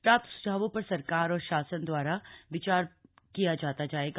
प्राप्त स्झावों पर सरकार और शासन दवारा विचार किया जाता जाएगा